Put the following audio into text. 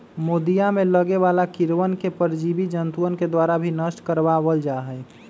मोदीया में लगे वाला कीड़वन के परजीवी जंतुअन के द्वारा भी नष्ट करवा वल जाहई